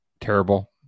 terrible